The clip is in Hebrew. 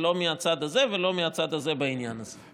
לא מהצד הזה ולא מהצד הזה בעניין הזה.